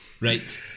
Right